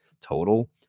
total